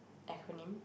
acronym